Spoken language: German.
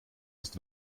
ist